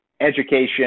education